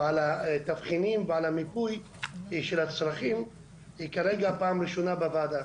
על התבחינים ועל המיפוי של הצרכים כרגע פעם ראשונה בוועדה,